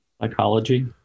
psychology